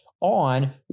on